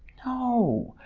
no,